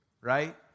Right